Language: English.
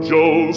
Joe